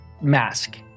mask